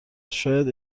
شاید